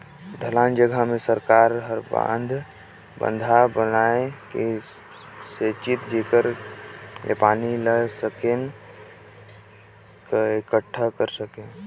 ढलान जघा मे सरकार हर बंधा बनाए के सेचित जेखर ले पानी ल सकेल क एकटठा कर सके